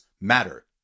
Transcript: matter